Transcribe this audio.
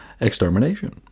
Extermination